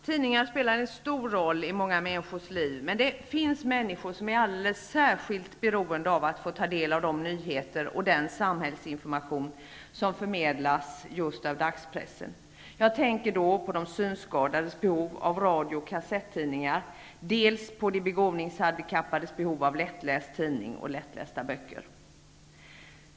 Tidningar spelar en stor roll i många människors liv, men det finns människor som är alldeles särskilt beroende av att få ta del av de nyheter och den samhällsinformation som förmedlas just av dagspressen. Jag tänker då dels på de synskadades behov av radio och kassettidningar, dels på de begåvningshandikappades behov av lättlästa tidningar och lättlästa böcker.